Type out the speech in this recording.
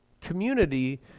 community